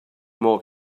more